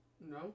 No